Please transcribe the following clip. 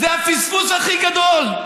זה הפספוס הכי גדול.